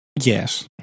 Yes